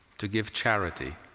to give charity.